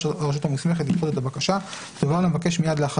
הרשות המוסמכת לדחות את בקשת המידע,